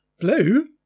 Blue